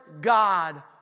God